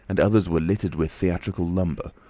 and others were littered with theatrical lumber,